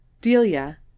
Delia